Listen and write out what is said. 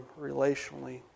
relationally